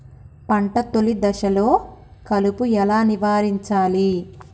పంట తొలి దశలో కలుపు ఎలా నివారించాలి?